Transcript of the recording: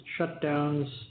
shutdowns